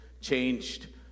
changed